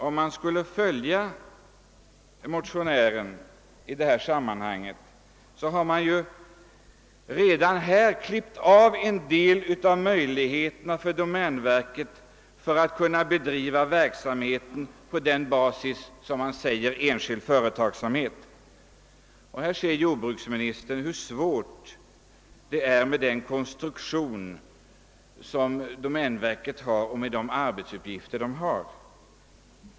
Om man skulle följa motionären i detta sammanhang skulle man klippa av en del av möjligheterna för domänverket att kunna bedriva sin verksamhet på samma basis som enskilda företag. Här ser jordbruksministern hur svårt det är med den konstruktion och de arbetsuppgifter som domänverket har.